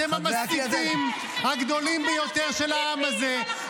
אתם המסיתים הגדולים ביותר של העם הזה.